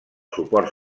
suport